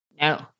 No